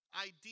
idea